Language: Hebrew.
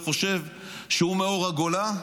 וחושב שהוא מאור הגולה?